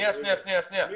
לא.